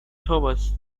thomas